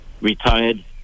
retired